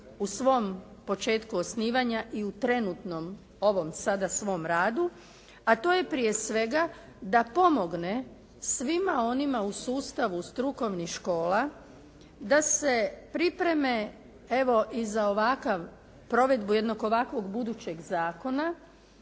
u svom početku osnivanja i u trenutnom ovom sada svom radu, a to je prije svega da pomogne svima onima u sustavu strukovnih škola da se pripreme, evo i za provedbu jednog ovakvog budućeg zakona